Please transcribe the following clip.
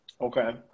Okay